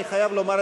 אני חייב לומר,